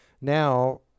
Now